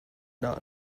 not